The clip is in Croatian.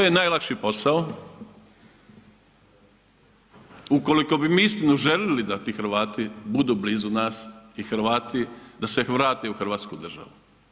To je najlakši posao ukoliko bi mi uistinu želili da ti Hrvati budu blizu nas i Hrvati da se vrate u hrvatsku državu.